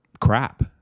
crap